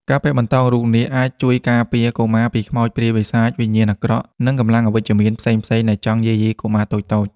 ការពាក់បន្តោងរូបនាគអាចជួយការពារកុមារពីខ្មោចព្រាយបិសាច វិញ្ញាណអាក្រក់ និងកម្លាំងអវិជ្ជមានផ្សេងៗដែលចង់យាយីកុមារតូចៗ។